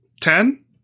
Ten